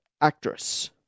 actress